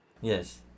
Yes